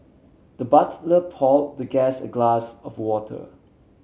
the butler poured the guest a glass of water